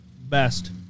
best